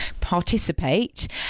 participate